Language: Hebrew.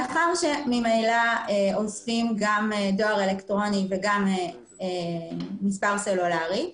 מאחר שממילא עושים גם דואר אלקטרוני וגם מספר סלולרי,